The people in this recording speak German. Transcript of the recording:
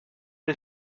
des